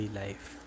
life